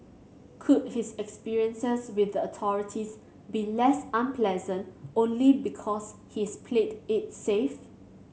could his experiences with the authorities be less unpleasant only because he's played it safe